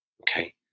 Okay